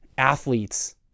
Athletes